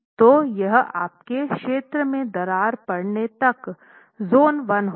तो यह आपके क्षेत्र में दरार पड़ने तक ज़ोन 1 होगा